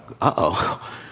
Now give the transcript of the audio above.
Uh-oh